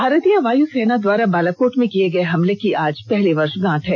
भारतीय वायुसेना द्वारा बालाकोट में किये गये हमले की आज पहली वर्षगांठ है